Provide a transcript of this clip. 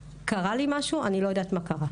קרה לי משהו, אני לא יודעת מה קרה.